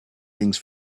things